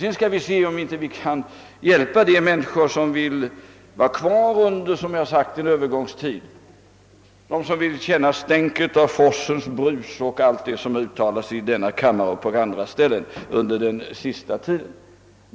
Sedan skall vi naturligtvis försöka hjälpa de människor som vill bo kvar under en övergångstid, de som vill känna stänket av forsens brus och allt sådant som sagts i denna kammare och på andra ställen under den senaste tiden.